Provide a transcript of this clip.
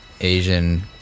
asian